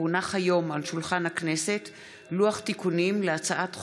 כי הונח היום על שולחן הכנסת לוח תיקונים להצעת חוק-יסוד: